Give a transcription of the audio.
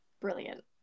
brilliant